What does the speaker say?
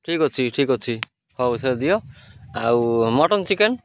ଠିକ୍ ଅଛି ଠିକ୍ ଅଛି ହଉ ସେ ଦିଅ ଆଉ ମଟନ ଚିକେନ